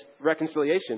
reconciliation